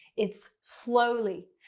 it's slowly.